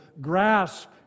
grasp